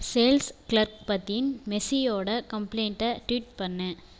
sales clerk பத்தின் மேசியோட கம்ப்ளைண்ட்டை ட்வீட் பண்ணு